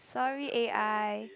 sorry a_i